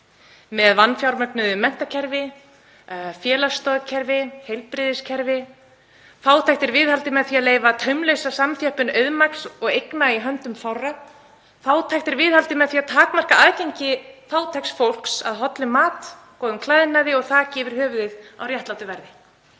með vanfjármögnuðu menntakerfi, félagsstoðkerfi, heilbrigðiskerfi. Fátækt er viðhaldið með því að leyfa taumlausa samþjöppun auðmagns og eigna í höndum fárra. Fátækt er viðhaldið með því að takmarka aðgengi fátæks fólks að hollum mat, góðum klæðnaði og þaki yfir höfuðið á réttlátu verði.